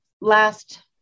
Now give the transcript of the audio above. last